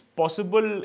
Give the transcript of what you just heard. possible